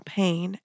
pain